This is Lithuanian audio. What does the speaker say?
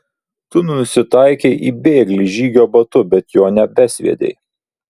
tu nusitaikei į bėglį žygio batu bet jo nebesviedei